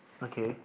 okay